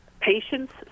Patients